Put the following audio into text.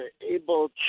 able